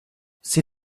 sie